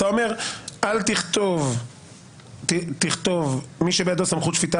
אתה אומר אל תכתוב מי שבידו סמכות שפיטה